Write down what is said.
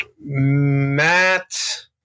Matt